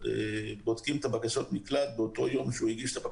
בודקים את בקשות המקלט באותו יום שהיא מוגשת.